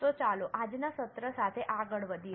તો ચાલો આજના સત્ર સાથે આગળ વધીએ